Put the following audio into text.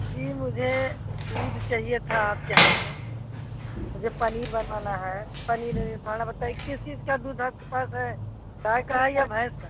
जी मुझे दूध चाहिए था आपके यहाँ से मुझे पनीर बनवाना है पनीर पहले बताए किस चीज का दूध आपके पास है गाय का है या भैंस का